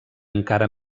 encara